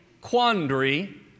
quandary